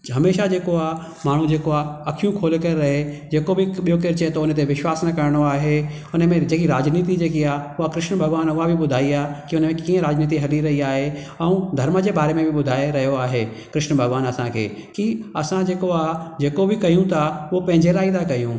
हमेशह जेको आ्हे माण्हू जेको आहे अखियूं खोले करे रहे जेको बि ॿियो केर चए थो उन ते विशवास न करिणो आहे हुन में जेकी राजनीति जेकी आहे उहा कृष्न भॻिवान उहा बि बुधाई आहे की हुन में कीअं राजनीति हली रही आहे ऐं धरम जे बारे में बि बुधाए रहियो आहे कृष्न भॻिवानु असांखे की असां जेको आहे जेको बि कयूं था उहो पंहिंजे लाइ ई था कयूं